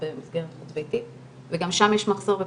במסגרת חוץ ביתית וגם שם יש מחסור בפסיכיאטרים,